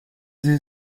sie